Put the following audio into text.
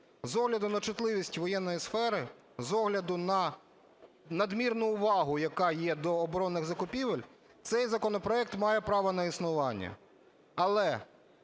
з огляду на чутливість воєнної сфери, з огляду на надмірну увагу, яка є до оборонних закупівель, цей законопроект має право на існування. Але